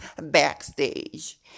backstage